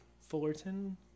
Fullerton